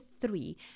three